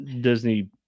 Disney